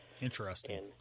Interesting